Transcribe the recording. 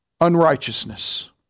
unrighteousness